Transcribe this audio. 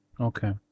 okay